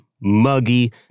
muggy